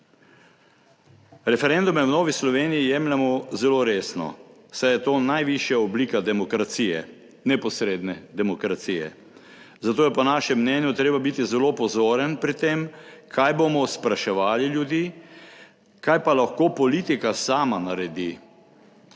Referendume v Novi Sloveniji jemljemo zelo resno, saj je to najvišja oblika demokracije, neposredne demokracije, zato je po našem mnenju treba biti zelo pozoren pri tem, kaj bomo spraševali ljudi, kaj pa lahko politika sama naredi.